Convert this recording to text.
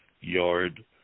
yard